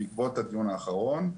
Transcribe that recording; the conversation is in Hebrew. בעקבות הדיון האחרון,